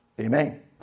Amen